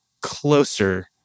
closer